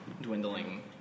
dwindling